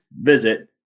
visit